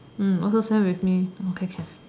mm also same with me okay can